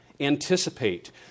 anticipate